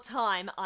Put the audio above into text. time